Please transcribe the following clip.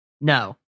No